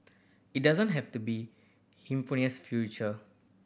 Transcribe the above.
it doesn't have to be hemisphere's future